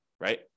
right